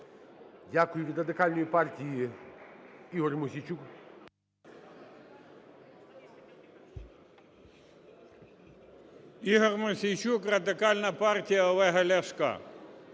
Дякую. Від Радикальної партії Ігор Мосійчук.